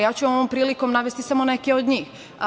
Ja ću vam ovom prilikom navesti samo neke od njih.